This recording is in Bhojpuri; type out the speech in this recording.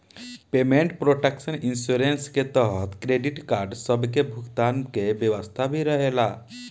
पेमेंट प्रोटक्शन इंश्योरेंस के तहत क्रेडिट कार्ड सब के भुगतान के व्यवस्था भी रहेला